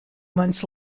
months